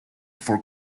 for